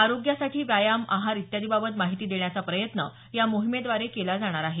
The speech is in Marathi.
आरोग्यासाठी व्यायाम आहार इत्यादीबाबत माहिती देण्याचा प्रयत्न या मोहिमेद्वारे केला जाणार आहे